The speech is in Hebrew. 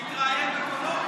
הוא התראיין בקולו.